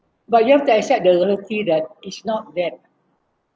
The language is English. but you have to accept the reality that is not that